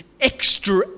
extra